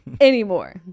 Anymore